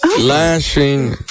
Lashing